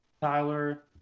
Tyler